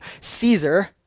caesar